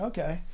Okay